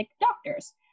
doctors